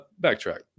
backtrack